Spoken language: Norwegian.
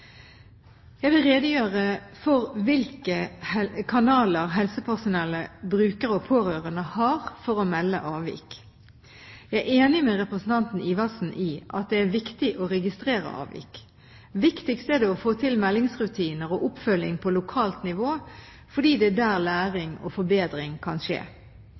Jeg vil redegjøre for hvilke kanaler helsepersonell, brukere og pårørende har for å melde avvik. Jeg er enig med representanten Iversen i at det er viktig å registrere avvik. Viktigst er det å få til meldingsrutiner og oppfølging på lokalt nivå, fordi det er der læring og forbedring kan skje.